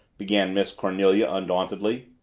began miss cornelia undauntedly,